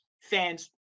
fans